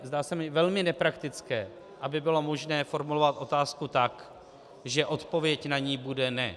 Zdá se mi velmi nepraktické, aby bylo možné formulovat otázku tak, že odpověď na ni bude ne.